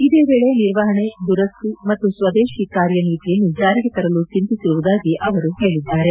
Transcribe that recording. ಇದೇ ವೇಳೆ ನಿರ್ವಹಣೆ ದುರಸ್ತಿ ಮತ್ತು ಸ್ವದೇಶಿ ಕಾರ್ಯನೀತಿಯನ್ನು ಜಾರಿಗೆ ತರಲು ಚಿಂತಿಸಿರುವುದಾಗಿ ಅವರು ಹೇಳಿದ್ದಾರೆ